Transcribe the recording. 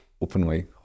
openly